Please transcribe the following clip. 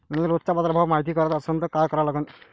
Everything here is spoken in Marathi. मले रोजचा बाजारभव मायती कराचा असन त काय करा लागन?